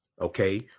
okay